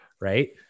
Right